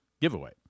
giveaway